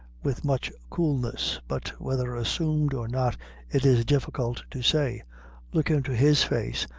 with much coolness, but whether assumed or not it is difficult to say look into his face,